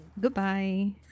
Goodbye